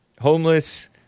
Homeless